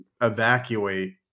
evacuate